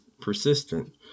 persistent